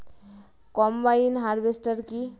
Combine harvester কি?